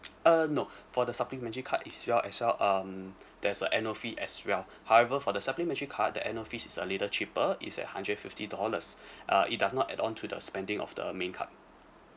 uh no for the supplementary card is your as well um there's a annual fee as well however for the supplementary card the annual fees is a little cheaper is at hundred fifty eight dollars uh it does not add on to the spending of the main card